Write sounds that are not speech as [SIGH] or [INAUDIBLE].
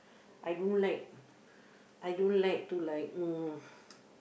I don't like I don't like to like mm [NOISE]